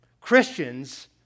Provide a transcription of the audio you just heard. Christians